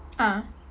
ah